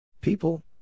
People